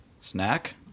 Snack